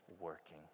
working